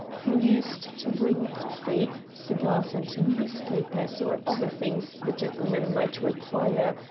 who used to bring coffee, cigars, and newspapers or other things the gentlemen might require,